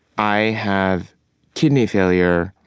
i have kidney failure.